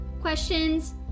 questions